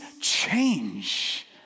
change